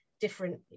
different